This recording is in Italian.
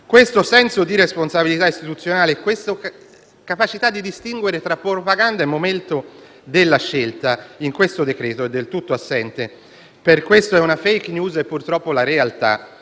Questo senso di responsabilità istituzionale e questa capacità di distinguere tra propaganda e momento della scelta in questo decreto è del tutto assente. Per questo è una *fake news* e purtroppo la realtà